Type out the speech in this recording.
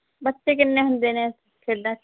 ਬੱਚੇ ਕਿੰਨੇ ਹੁੰਦੇ ਨੇ ਖੇਡਾਂ 'ਚ